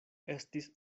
estis